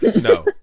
No